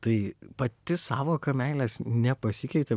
tai pati sąvoka meilės nepasikeitė